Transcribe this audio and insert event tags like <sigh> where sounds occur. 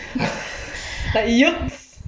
<laughs>